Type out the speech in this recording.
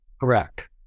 Correct